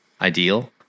ideal